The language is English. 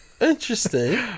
Interesting